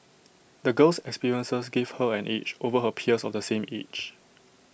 the girl's experiences gave her an edge over her peers of the same age